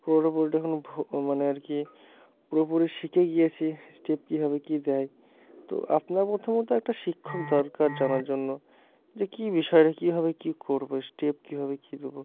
পুরোপুরিটা এখন মানে আর কি পুরোপুরি শিখে গিয়েছি স্টেপ কীভাবে কী দেয় তো আপনার প্রথমত একটা শিক্ষক দরকার জানার জন্য যে কী বিষয়টা কীভাবে কী করবো স্টেপ কীভাবে কী দেবো